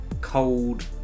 Cold